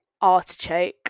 artichoke